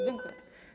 Dziękuję.